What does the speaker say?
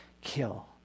kill